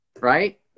right